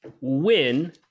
win